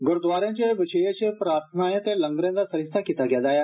गुरुद्वारे च विशेष प्रार्थनाएं ते लंगरें दा सरिस्ती कीता गेदा ऐ